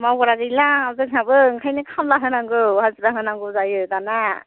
मावग्रा गैलिया जोंहाबो बेनिखायनो खामला होनांगौ हाजिरा होनांगौ जायो दानिया